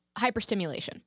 hyperstimulation